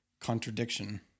contradiction